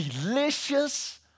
delicious